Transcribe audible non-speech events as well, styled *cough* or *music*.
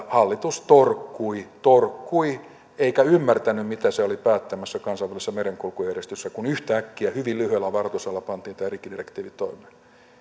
*unintelligible* hallitus torkkui torkkui eikä ymmärtänyt mitä se oli päättämässä kansainvälisessä merenkulkujärjestössä kun yhtäkkiä hyvin lyhyellä varoitusajalla pantiin tämä rikkidirektiivi toimeen